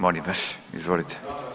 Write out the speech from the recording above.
Molim vas, izvolite.